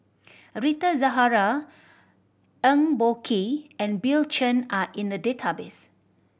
Rita Zahara Eng Boh Kee and Bill Chen are in the database